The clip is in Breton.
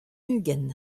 ugent